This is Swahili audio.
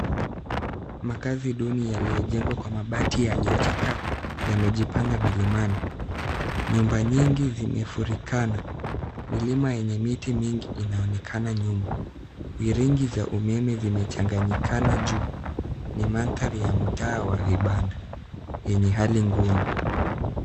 Makazi duni yaliojengwa kwa mabati yaliochakaa yamejipanga milimani. Nyumba nyingi zimefurikana. Milima enye miti mingi inaonekana nyuma. Wiringi za umeme zimechanganyikana juu. Ni maandari ya mtaa wa vipanda enye hali ngumu.